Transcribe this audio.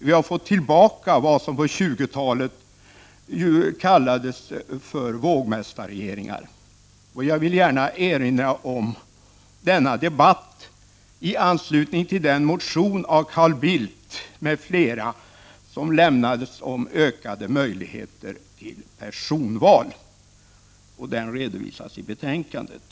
Vi har fått tillbaka vad som på 1920-talet kallades för vågmästarregeringar. Jag vill gärna erinra om denna debatt i anslutning till den motion som väckts av Carl Bildt m.fl. om ökade möjligheter till personval. Den redovisas i betänkandet.